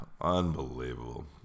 Unbelievable